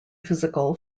physical